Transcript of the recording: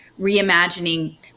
reimagining